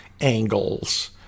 angles